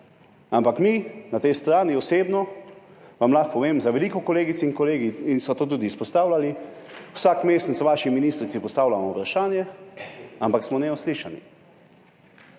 ampak mi na tej strani, osebno vam lahko povem za veliko kolegic in kolegov, in so to tudi izpostavljali, vsak mesec vaši ministrici postavljamo vprašanje, ampak smo neuslišani.